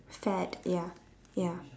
fad ya ya